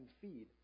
feed